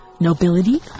nobility